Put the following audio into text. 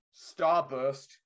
Starburst